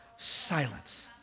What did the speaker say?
Silence